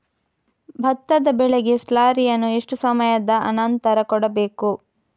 ಭತ್ತದ ಬೆಳೆಗೆ ಸ್ಲಾರಿಯನು ಎಷ್ಟು ಸಮಯದ ಆನಂತರ ಕೊಡಬೇಕು?